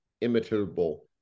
imitable